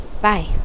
bye